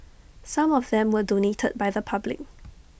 some of them were donated by the public